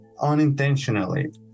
Unintentionally